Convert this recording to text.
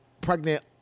pregnant